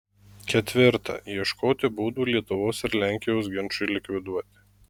ketvirta ieškoti būdų lietuvos ir lenkijos ginčui likviduoti